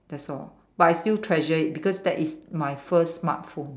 that's all but I still treasure it because that is my first smartphone